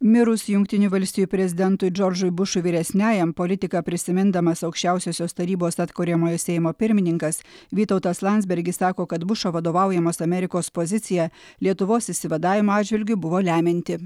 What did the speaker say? mirus jungtinių valstijų prezidentui džordžui bušui vyresniajam politiką prisimindamas aukščiausiosios tarybos atkuriamojo seimo pirmininkas vytautas landsbergis sako kad bušo vadovaujamos amerikos pozicija lietuvos išsivadavimo atžvilgiu buvo lemianti